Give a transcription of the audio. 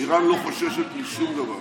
איראן לא חוששת משום דבר.